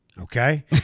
okay